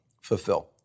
fulfill